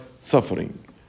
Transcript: suffering